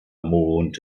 mond